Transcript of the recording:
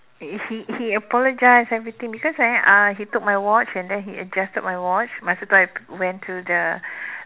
he he apologized everything because eh uh he took my watch and then he adjusted my watch masa itu I went to the